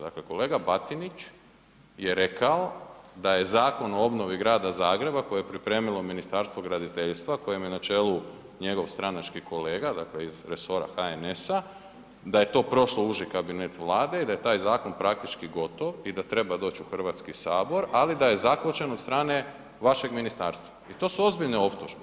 Dakle, kolega Batinić je rekao da je Zakon o obnovi Grada Zagreba koje je pripremilo Ministarstvo graditeljstva kojem je na čelu njegov stranački kolega, dakle iz resora HNS-a, da je to prošlo uži kabinet Vlade i da je taj zakon praktički gotov i da treba doć u HS, ali da je zakočen od strane vašeg ministarstva i to su ozbiljne optužbe.